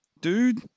Dude